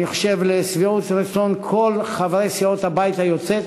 אני חושב שלשביעות רצון כל חברי סיעות הבית היוצא,